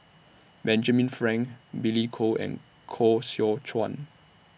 Benjamin Frank Billy Koh and Koh Seow Chuan